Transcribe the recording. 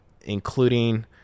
including